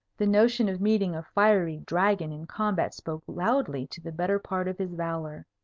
the notion of meeting a fiery dragon in combat spoke loudly to the better part of his valour.